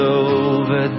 over